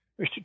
Mr